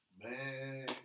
Man